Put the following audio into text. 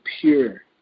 Pure